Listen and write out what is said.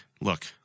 look